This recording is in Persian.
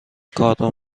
کارو